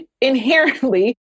inherently